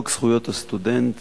חוק זכויות הסטודנט,